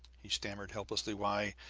he stammered helplessly. why,